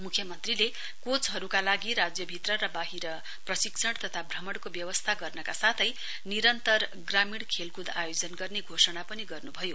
मुख्यमन्त्रीले कोचहरुका लागि राज्यभित्र र वाहिर प्रशिक्षण तथा भ्रमणको व्यवस्था गर्नका साथै निरन्तर ग्रामीण खेलकुद आयोजन गर्ने घोषणा पनि गर्नुभयो